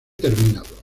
terminado